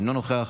אינה נוכחת,